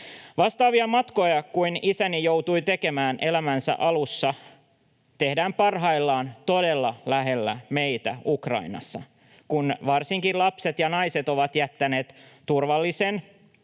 Vastaavia matkoja kuin isäni joutui tekemään elämänsä alussa tehdään parhaillaan todella lähellä meitä Ukrainassa, kun varsinkin lapset ja naiset ovat jättäneet turvallisen